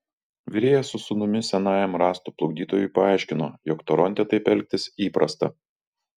virėjas su sūnumi senajam rąstų plukdytojui paaiškino jog toronte taip elgtis įprasta